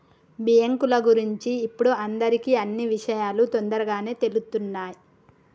బ్యేంకుల గురించి ఇప్పుడు అందరికీ అన్నీ విషయాలూ తొందరగానే తెలుత్తున్నయ్